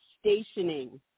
stationing